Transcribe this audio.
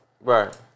right